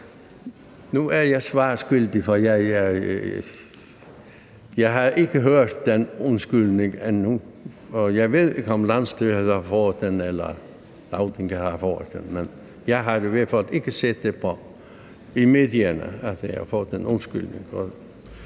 nu er jeg svar skyldig, for jeg har ikke hørt den undskyldning endnu, og jeg ved ikke, om landsstyret har fået den eller Lagtinget har fået den. Men jeg har i hvert fald ikke set i medierne, at vi har fået den undskyldning,